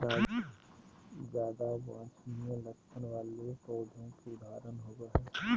ज्यादा वांछनीय लक्षण वाले पौधों के उदाहरण होबो हइ